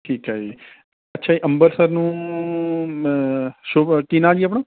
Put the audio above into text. ਠੀਕ ਹੈ ਜੀ ਅੱਛਾ ਜੀ ਅੰਬਰਸਰ ਨੂੰ ਸ਼ੁਭ ਕੀ ਨਾਂ ਜੀ ਆਪਣਾ